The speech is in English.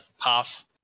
path